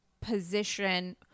position –